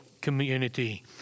community